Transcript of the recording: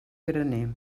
graner